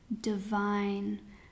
divine